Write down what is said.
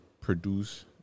produce